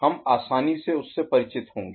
हम आसानी से उससे परिचित होंगे